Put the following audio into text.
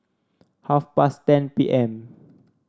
half past ten P M